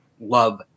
love